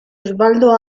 osvaldo